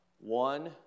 one